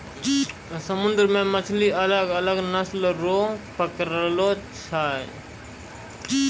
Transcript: समुन्द्र मे मछली अलग अलग नस्ल रो पकड़लो जाय छै